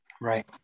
Right